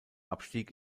abstieg